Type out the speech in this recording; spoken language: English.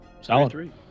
Solid